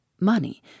Money